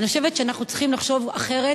אני חושבת שאנחנו צריכים לחשוב אחרת